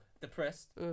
depressed